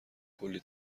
کلّی